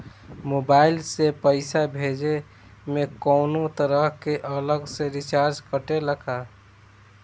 Mobile से पैसा भेजे मे कौनों तरह के अलग से चार्ज कटेला का?